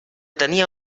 tenia